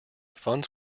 funds